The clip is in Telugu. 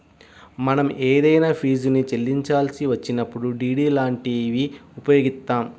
మనం ఏదైనా ఫీజుని చెల్లించాల్సి వచ్చినప్పుడు డి.డి లాంటివి ఉపయోగిత్తాం